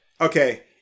Okay